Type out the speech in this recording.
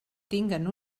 tinguen